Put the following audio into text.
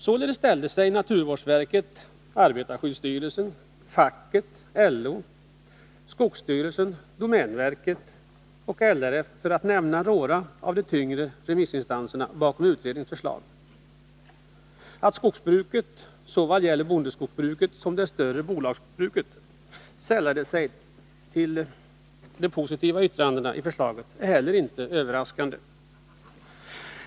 Således ställde sig naturvårdsverket, arbetarskyddsstyrelsen, facket, LO, skogsstyrelsen, domänverket och LRF, för att nämna några av de tyngre remissinstanserna, bakom utredningens förslag. Att skogsbruket vad gäller såväl bondeskogsbruket som de större bolagsskogsbruken ställde sig positivt till förslaget är inte heller överraskande.